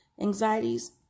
anxieties